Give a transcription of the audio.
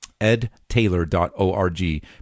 edtaylor.org